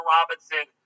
Robinson